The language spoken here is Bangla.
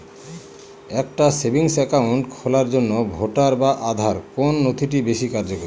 একটা সেভিংস অ্যাকাউন্ট খোলার জন্য ভোটার বা আধার কোন নথিটি বেশী কার্যকরী?